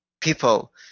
people